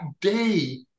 day